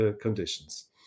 conditions